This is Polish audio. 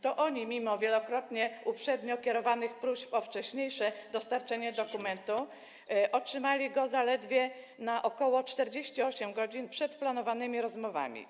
To oni mimo uprzednio wielokrotnie kierowanych próśb o wcześniejsze dostarczenie dokumentu otrzymali go zaledwie ok. 48 godzin przed planowanymi rozmowami.